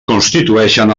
constitueixen